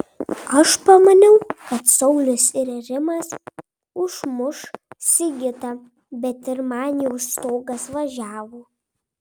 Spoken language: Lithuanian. aš pamaniau kad saulius ir rimas užmuš sigitą bet ir man jau stogas važiavo